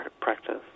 practice